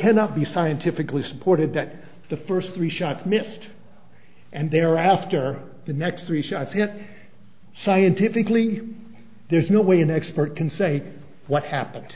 cannot be scientifically supported that the first three shots missed and there after the next three shots it scientifically there's no way an expert can say what happened